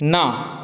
ना